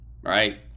right